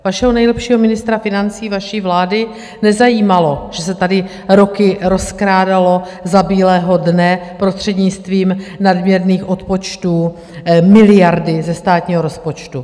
Vašeho nejlepšího ministra financí vaší vlády nezajímalo, že se tady roky rozkrádaly za bílého dne prostřednictvím nadměrných odpočtů miliardy ze státního rozpočtu.